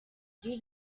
nzu